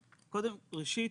ראשית,